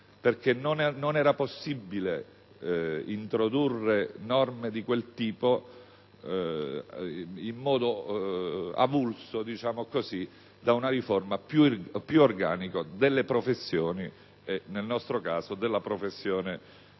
perché non era possibile introdurre norme di quel tipo in modo avulso da una riforma più organica delle professioni e, nel nostro caso, della professione forense.